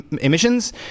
emissions